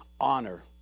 honor